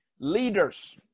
Leaders